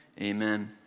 amen